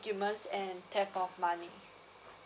and theft of money